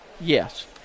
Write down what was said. Yes